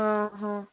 ଓହୋ